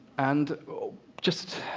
and just